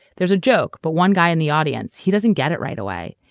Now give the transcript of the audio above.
there's a joke, but one guy in the audience, he doesn't get it right away.